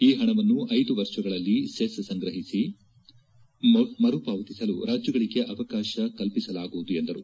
ಈ ಹಣವನ್ನು ಐದು ವರ್ಷಗಳಲ್ಲಿ ಸೆಸ್ ಸಂಗ್ರಹಿಸಿ ಮರುಪಾವತಿಸಲು ರಾಜ್ಯಗಳಿಗೆ ಅವಕಾಶ ಕಲ್ಪಿಸಲಾಗುವುದು ಎಂದರು